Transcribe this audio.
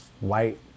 white